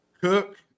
Cook